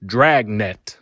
Dragnet